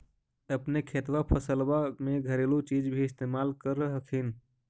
अपने खेतबा फसल्बा मे घरेलू चीज भी इस्तेमल कर हखिन?